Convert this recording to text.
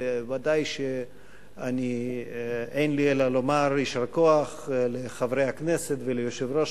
ודאי שאין לי אלא לומר יישר כוח לחברי הכנסת וליושב-ראש